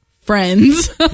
friends